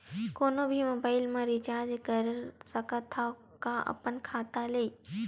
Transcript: कोनो भी मोबाइल मा रिचार्ज कर सकथव का अपन खाता ले?